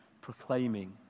proclaiming